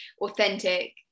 authentic